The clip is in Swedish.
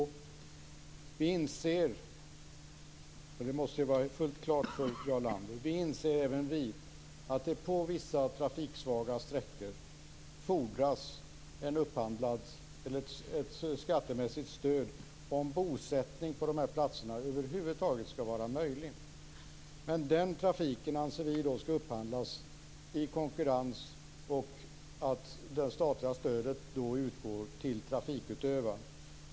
Även vi inser - och det måste stå fullt klart för Jarl Lander - att det på vissa trafiksvaga sträckor fordras ett skattemässigt stöd för att bosättning på de här platserna över huvud taget skall vara möjlig. Men den trafiken anser vi skall upphandlas i konkurrens. Dessutom skall det statliga stödet då utgå till trafikutövaren.